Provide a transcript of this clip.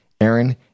Aaron